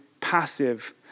passive